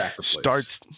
starts